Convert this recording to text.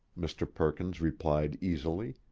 mr. perkins replied easily.